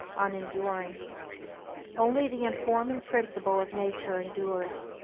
unenduring. only the informing principle of nature endures.